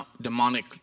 demonic